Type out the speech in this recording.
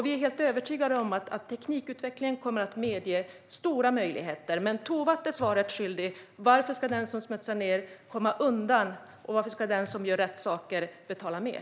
Vi är helt övertygade om att teknikutvecklingen kommer att medge stora möjligheter. Men Tovatt är svaret skyldig. Varför ska den som smutsar ned komma undan, och varför ska den som gör rätt saker betala mer?